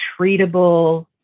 treatable